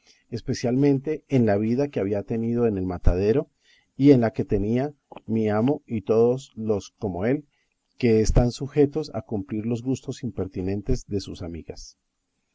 especialmente en la vida que había tenido en el matadero y en la que tenía mi amo y todos los como él que están sujetos a cumplir los gustos impertinentes de sus amigas